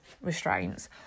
restraints